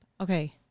Okay